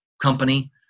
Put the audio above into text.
company